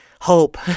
hope